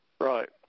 Right